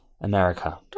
America